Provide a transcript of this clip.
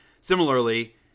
Similarly